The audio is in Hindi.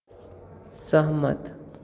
सहमत